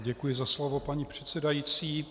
Děkuji za slovo, paní předsedající.